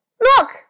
Look